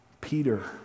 Peter